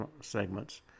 segments